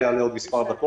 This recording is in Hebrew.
הוא יעלה בעוד מספר דקות.